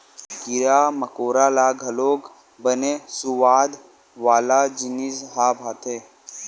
कीरा मकोरा ल घलोक बने सुवाद वाला जिनिस ह भाथे